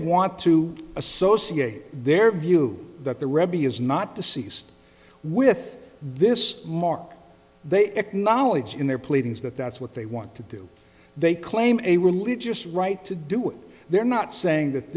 want to associate their view that the rebbie is not to cease with this mark they acknowledge in their pleadings that that's what they want to do they claim a religious right to do it they're not saying that